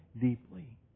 deeply